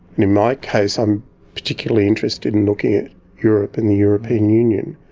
and in my case i'm particularly interested in looking at europe and the european union,